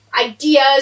ideas